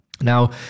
Now